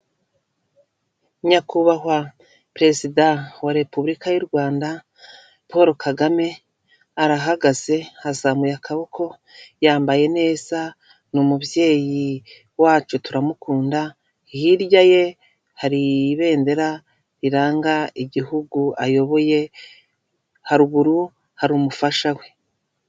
Nyakubahwa perezida wa repubulika y'u Rwanda Paul Kagame arahagaze azamuye akaboko yambaye neza ni umubyeyi wacu turamukunda, hirya ye hari ibendera riranga igihugu ayoboye haruguru hari umufasha we.